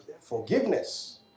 forgiveness